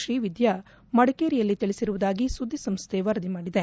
ಶ್ರೀ ವಿದ್ಯಾ ಮಡಿಕೇರಿಯಲ್ಲಿ ತಿಳಿಸಿರುವುದಾಗಿ ಸುದ್ದಿ ಸಂಸ್ಟೆ ವರದಿ ಮಾಡಿದೆ